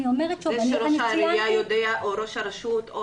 זה שראש העיריה יודע או ראש הרשות או